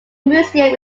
museum